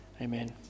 Amen